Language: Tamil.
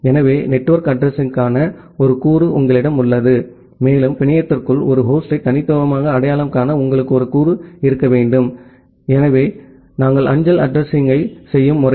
எனவே நெட்வொர்க் அட்ரஸிங்க்கான ஒரு கூறு உங்களிடம் உள்ளது மேலும் பிணையத்திற்குள் ஒரு ஹோஸ்டை தனித்துவமாக அடையாளம் காண உங்களுக்கு ஒரு கூறு இருக்க வேண்டும் எனவே நாம் அஞ்சல் அட்ரஸிங்யைச் செய்யும் முறை